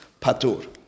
Patur